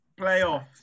Playoffs